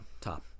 top